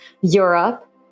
europe